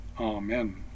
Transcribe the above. Amen